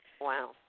Wow